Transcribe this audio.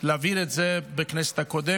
גם הצליח להעביר את זה בכנסת הקודמת.